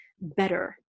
better